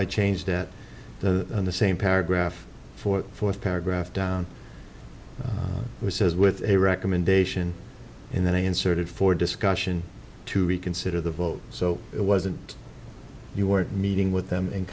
i changed at the same paragraph for fourth paragraph down which says with a recommendation and then i inserted forward discussion to reconsider the vote so it wasn't you were meeting with them and